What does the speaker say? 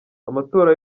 amatora